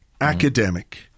Academic